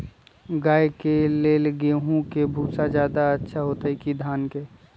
गाय के ले गेंहू के भूसा ज्यादा अच्छा होई की धान के?